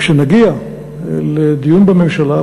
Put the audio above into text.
כשנגיע לדיון בממשלה,